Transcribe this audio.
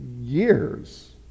years